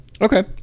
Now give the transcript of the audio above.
Okay